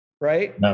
Right